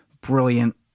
brilliant